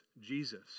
Jesus